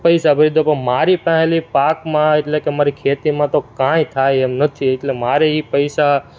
પૈસા ભરી દઉં પણ મારી પાસેથી પાકમાં એટલે કે મારી ખેતીમાં તો કાંઇ થાય એમ નથી એટલે મારે એ પૈસા